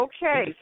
Okay